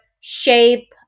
shape